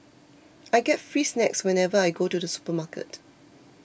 I get free snacks whenever I go to the supermarket